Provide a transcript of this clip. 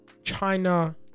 China